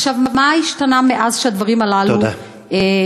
עכשיו, מה השתנה מאז שהדברים הללו נכתבו?